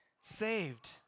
saved